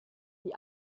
die